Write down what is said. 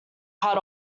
cut